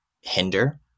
hinder